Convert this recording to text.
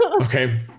Okay